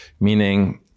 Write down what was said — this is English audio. Meaning